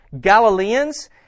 Galileans